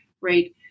Right